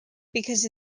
because